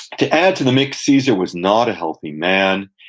to add to the mix, caesar was not a healthy man.